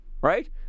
right